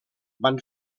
van